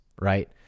right